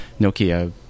Nokia